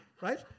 right